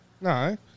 No